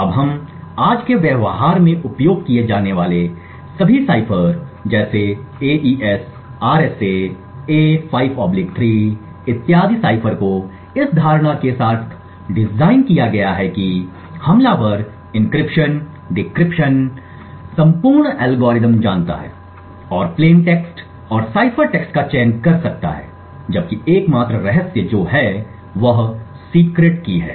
अब हम आज के व्यवहार में उपयोग किए जाने वाले सभी साइफर जैसे एईएस आरएसए ए 53 A53 इत्यादि साइफर को इस धारणा के साथ डिज़ाइन किया गया है कि हमलावर एन्क्रिप्शन डिक्रिप्शन संपूर्ण एल्गोरिथ्म जानता है और प्लेन टेक्स्ट और साइफर टेक्स्ट का चयन कर सकता है जबकि एकमात्र रहस्य जो है वह गुप्त कुंजी है